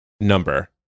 number